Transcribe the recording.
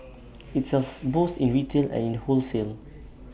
IT sells both in retail and in wholesale